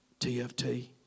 TFT